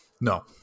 No